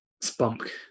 Spunk